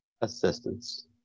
assistance